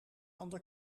ander